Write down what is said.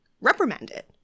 reprimanded